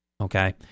okay